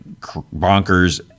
bonkers